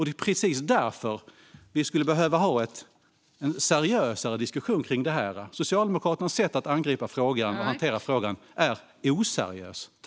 Det är precis därför vi skulle behöva ha en seriösare diskussion kring detta. Socialdemokraternas sätt att angripa och hantera frågan är oseriöst.